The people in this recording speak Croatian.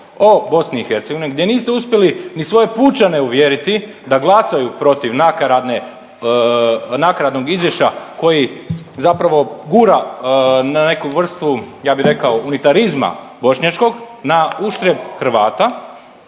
o BiH gdje niste uspjeli ni svoje pučane uvjeriti da glasaju protiv nakaradne, nakaradnog izvješća koji zapravo gura na neku vrstu ja bi rekao unitarizma bošnjačkog na uštrb Hrvata,